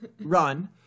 Run